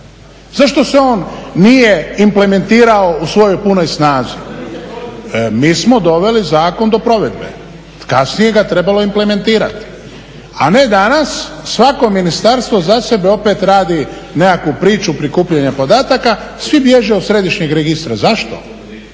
Zašto se on nije implementirao u svojoj punoj snazi? Mi smo doveli zakon do provedbe, kasnije ga je trebalo implementirati. A ne danas, svako ministarstvo za sebe opet radi nekakvu priču prikupljanja podataka, svi bježe od središnjeg registra. Zašto?